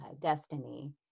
destiny